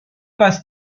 passe